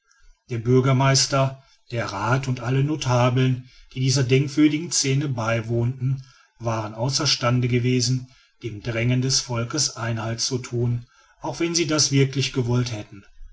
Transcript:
der bürgermeister der rath und alle notabeln die dieser denkwürdigen scene beiwohnten waren außer stande gewesen dem drängen des volkes einhalt zu thun auch wenn sie das wirklich gewollt hätten